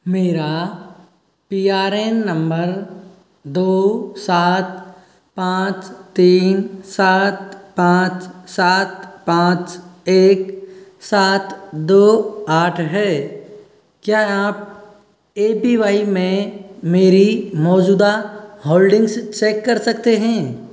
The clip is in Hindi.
मेरा पी आर एन नंबर दो सात पाँच तीन सात पाँच सात पाँच एक सात दो आठ है क्या आप ए पी वाई में मेरी मौजूदा होल्डिंग्स चेक सकते हैं